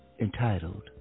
entitled